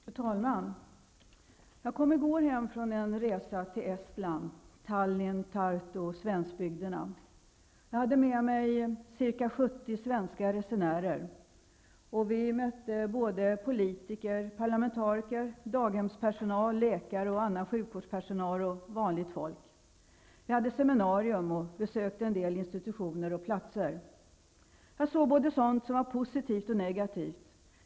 Fru talman! Jag kom i går hem från en resa till Estland, där jag besökte Tallinn, Tartu och svenskbygderna. Jag hade med mig ca 70 svenska resenärer. Vi mötte där parlamentariker, daghemspersonal, läkare, annan sjukvårdspersonal och vanligt folk. Vi hade ett seminarium och besökte en del institutioner. Jag såg både sådant som var positivt och sådant som var negativt.